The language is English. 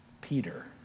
Peter